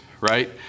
right